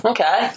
Okay